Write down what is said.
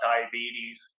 diabetes